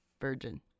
virgin